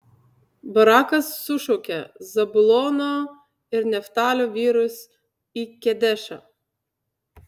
barakas sušaukė zabulono ir neftalio vyrus į kedešą